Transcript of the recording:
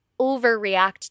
overreact